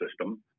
system